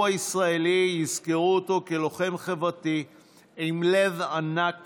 הישראלי יזכרו אותו כלוחם חברתי עם לב ענק